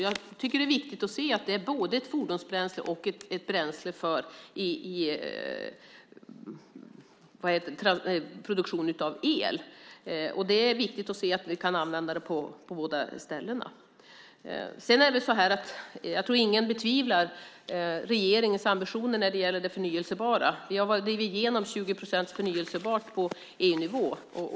Jag tycker att det är viktigt att se att det är både ett fordonsbränsle och ett bränsle för produktion av el. Det är viktigt att se att vi kan använda det på båda ställena. Jag tror inte att någon betvivlar regeringens ambitioner när det gäller det förnybara. Vi har drivit igenom 20 procent förnybart på EU-nivå.